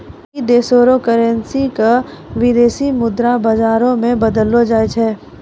ढेरी देशो र करेन्सी क विदेशी मुद्रा बाजारो मे बदललो जाय छै